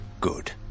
good